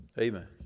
Amen